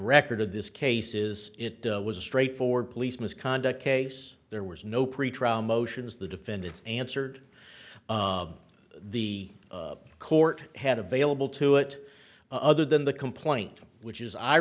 record of this case is it was a straightforward police misconduct case there was no pretrial motions the defendant's answered the court had available to it other than the complaint which is i